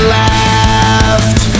laughed